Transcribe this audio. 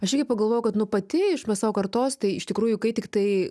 aš irgi pagalvojau kad nu pati iš mes savo kartos tai iš tikrųjų kai tiktai